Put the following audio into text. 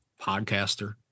podcaster